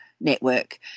network